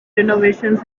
renovations